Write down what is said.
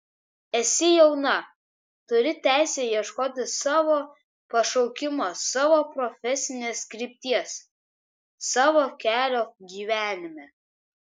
esi jauna turi teisę ieškoti savo pašaukimo savo profesinės krypties savo kelio gyvenime